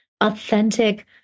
authentic